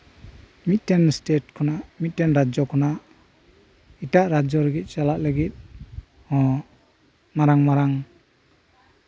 ᱢᱤᱫᱴᱮᱱ ᱥᱴᱮᱴ ᱠᱷᱚᱱᱟᱜ ᱟᱨ ᱢᱤᱫᱴᱮᱱ ᱨᱟᱡᱡᱚ ᱠᱷᱚᱱᱟᱜ ᱮᱴᱟᱜ ᱨᱟᱡᱡᱚ ᱞᱟᱹᱜᱤᱫ ᱪᱟᱞᱟᱜ ᱞᱟᱹᱜᱤᱫ ᱦᱚᱸ ᱢᱟᱨᱟᱝ ᱢᱟᱨᱟᱝ